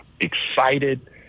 excited